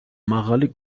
მაღალი